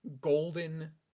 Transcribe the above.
golden